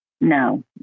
No